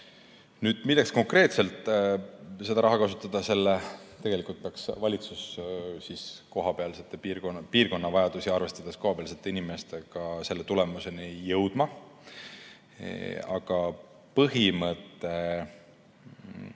Nüüd, milleks konkreetselt seda raha kasutada? Tegelikult peaks valitsus piirkonna vajadusi arvestades kohapealsete inimestega selle tulemuseni jõudma. Aga põhimõte